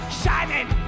shining